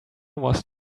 was